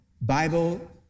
Bible